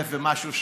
1,000 ומשהו שקלים,